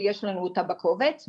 שיש לנו אותה בקובץ,